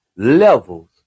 levels